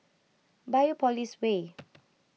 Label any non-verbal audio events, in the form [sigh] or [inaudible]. Biopolis Way [noise]